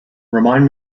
remind